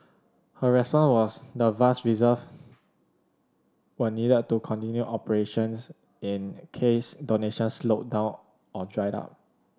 her response was the vast reserves were needed to continue operations in case donations slowed down or dried up